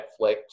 Netflix